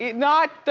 not the